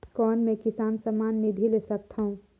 कौन मै किसान सम्मान निधि ले सकथौं?